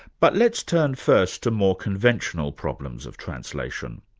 but let's turn first to more conventional problems of translation.